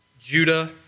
Judah